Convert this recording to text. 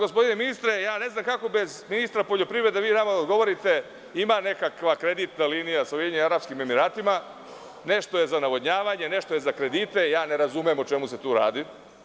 Gospodine ministre, ja ne znam kako da vi bez ministra poljoprivrede, da vi nama odgovorite, ima nekakva kreditna linija sa Ujedinjenim Arapskim Emiratima, nešto je za navodnjavanje, nešto je za kredite, ja ne razumem o čemu se tu radi.